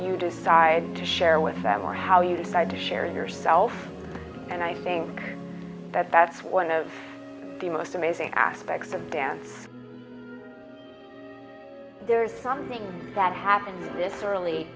you decide to share with that one how you decide to share yourself and i think that that's one of the most amazing aspects of dance there's something that happened this early